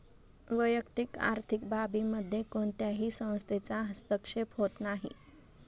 वैयक्तिक आर्थिक बाबींमध्ये कोणत्याही संस्थेचा हस्तक्षेप होत नाही